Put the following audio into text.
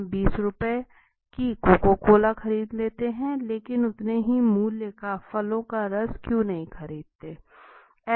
हम 20 रुपय की कोका कोला खरीद लेते हैं लेकिन उतने ही मूल्य का फलों का रास क्यों नहीं खरीदते